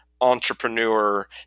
entrepreneur